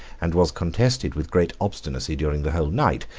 and was contested with great obstinacy during the whole night,